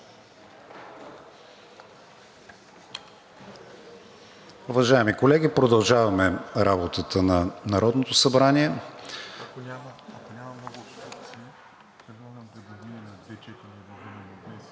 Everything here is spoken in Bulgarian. Уважаеми колеги, продължаваме работата на Народното събрание.